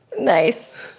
nice.